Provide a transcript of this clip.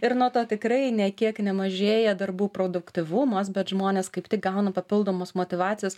ir nuo to tikrai nė kiek nemažėja darbų produktyvumas bet žmonės kaip tik gauna papildomos motyvacijos